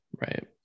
Right